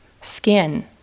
skin